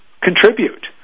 contribute